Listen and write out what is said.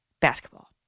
basketball